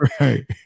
Right